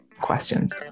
questions